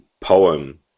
poem